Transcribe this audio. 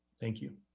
thank you.